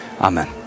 Amen